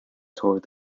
toward